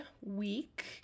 week